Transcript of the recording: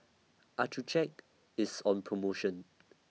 Accucheck IS on promotion